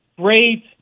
great